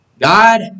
God